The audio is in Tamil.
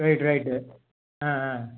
right right ah ah